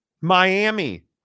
Miami